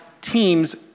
team's